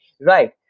right